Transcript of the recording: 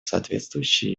соответствующие